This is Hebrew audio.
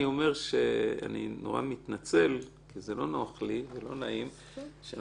אני אומר שאני נורא מתנצל כי זה לא נוח לי ולא נעים שאנחנו